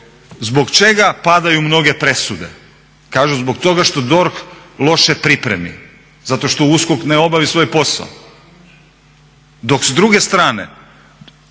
zbog čega padaju mnoge presude? Kažu zbog toga što DORH loše pripremi, zato što USKOK ne obavi svoj posao, dok s druge strane